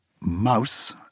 Mouse